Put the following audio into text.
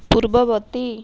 ପୂର୍ବବର୍ତ୍ତୀ